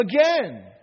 Again